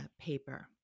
paper